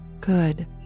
good